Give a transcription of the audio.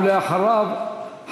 ואחריו,